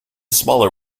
smaller